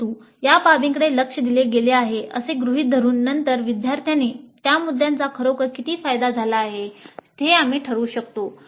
परंतु या बाबींकडे लक्ष दिले गेले आहे असे गृहीत धरून नंतर विद्यार्थ्यांनी त्या मुद्द्यांचा खरोखर किती फायदा झाला हे आम्ही ठरवू शकतो